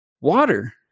Water